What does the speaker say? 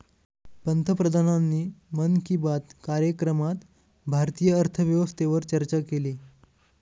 पंतप्रधानांनी मन की बात कार्यक्रमात भारतीय अर्थव्यवस्थेवर चर्चा केली